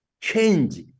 change